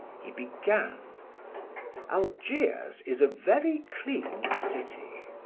he began algiers is a very clean city